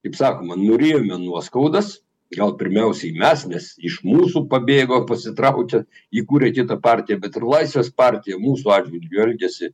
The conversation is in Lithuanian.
kaip sakoma nurijome nuoskaudas gal pirmiausiai mes nes iš mūsų pabėgo pasitraukė įkūrė kitą partiją bet ir laisvės partija mūsų atžvilgiu elgiasi